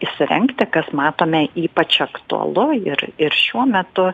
įsirengti kas matome ypač aktualu ir ir šiuo metu